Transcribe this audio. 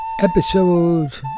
Episode